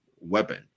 weapon